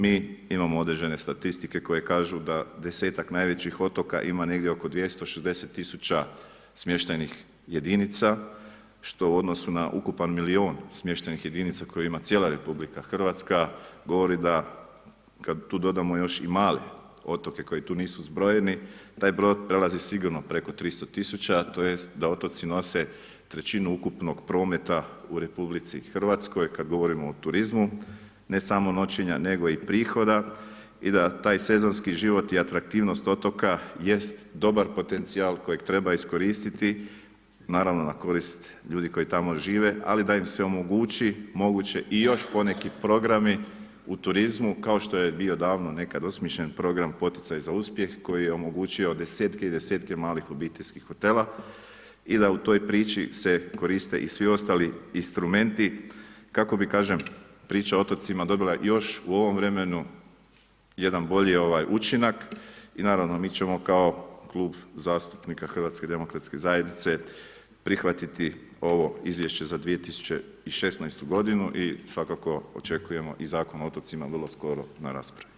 Mi imamo određene statistike koje kažu da 10-ak najvećih otoka ima negdje oko 260 tisuća smještajnih jedinca što u odnosu na ukupan milion smještajnih jedinica koje ima cijela RH govori da kad tu dodamo još i male otoke koji tu nisu zbrojeni, taj broj prelazi sigurno preko 300 tisuća tj. da otoci nose trećinu ukupnog prometa u RH kad govorimo o turizmu, ne samo noćenja, nego i prihoda i da taj sezonski život i atraktivnost otoka jest dobar potencijal kojeg treba iskoristiti, naravno na korist ljudi koji tamo žive, ali da im se omogući moguće i još poneki programi u turizmu kao što je bio davno nekad osmišljen program poticaj za uspjeh, koji je omogućio desetke i desetke malih obiteljskih hotela i da u tom priči se koriste i svi ostali instrumenti kako bi, kažem, priča o otocima dobila još u ovom vremenu jedan bolji učinak i naravno mi ćemo kao Klub zastupnika HDZ-a prihvatiti ovo Izvješće za 2016. godinu i svakako očekujemo i Zakon o otocima vrlo skoro na raspravi.